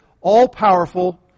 all-powerful